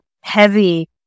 heavy